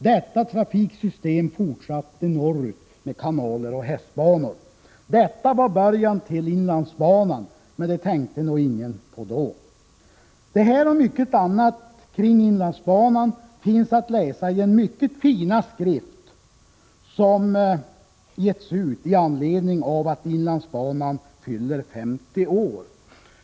Detta trafiksystem fortsatte norrut med kanaler och hästbanor. Detta var början till inlandsbanan, men det tänkte nog ingen på då. Det här, och mycket annat kring inlandsbanan, finns att läsa i den mycket fina skrift som getts ut med anledning av att inlandsbanan fyller 50 år.